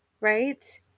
right